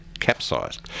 Capsized